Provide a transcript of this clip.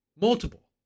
Multiple